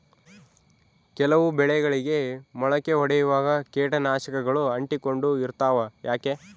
ಕೆಲವು ಬೆಳೆಗಳಿಗೆ ಮೊಳಕೆ ಒಡಿಯುವಾಗ ಕೇಟನಾಶಕಗಳು ಅಂಟಿಕೊಂಡು ಇರ್ತವ ಯಾಕೆ?